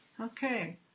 okay